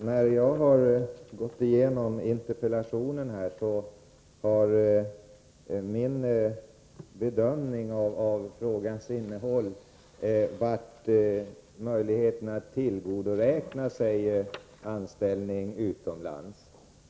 Herr talman! När jag gick igenom interpellationen var min bedömning att den gällde möjligheterna att tillgodoräkna sig anställningstid utomlands.